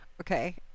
Okay